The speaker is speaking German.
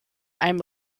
einem